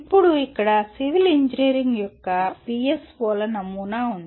ఇప్పుడు ఇక్కడ civil engineering యొక్క పిఎస్ఓల నమూనా ఉంది